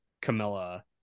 Camilla